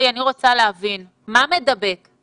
אני מבקשת